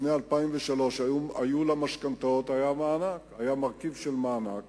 לפני 2003 היה מרכיב של מענק